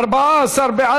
ג'מאל זחאלקה,